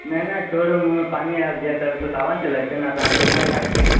नहि नहि छोड़ू मूँहमे पानि आबि जाइत अभी तऽ सावन चलै छै ने तऽ हमसब नहि खाइ छी